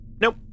Nope